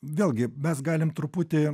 vėlgi mes galim truputį